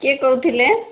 କିଏ କହୁଥିଲେ